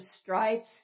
stripes